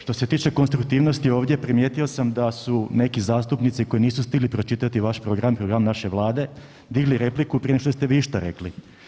Što se tiče konstruktivnosti ovdje primijetio sam da su neki zastupnici koji nisu stigli pročitati vaš program, program naše vlade, digli repliku prije nego što ste vi išta rekli.